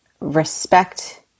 respect